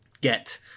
get